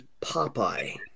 Popeye